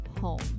home